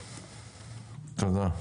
תודה.